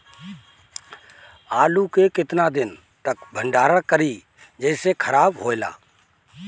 आलू के केतना दिन तक भंडारण करी जेसे खराब होएला?